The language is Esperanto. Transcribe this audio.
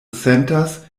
sentas